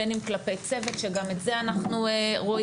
בין אם כלפי צוות שגם את זה אנחנו רואים,